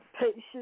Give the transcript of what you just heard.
patient